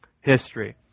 history